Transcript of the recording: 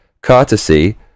courtesy